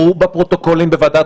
שנעבור עכשיו לקריאה של החוק.